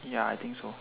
ya I think so